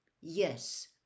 Yes